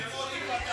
תרים עוד טיפה את האף.